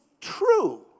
true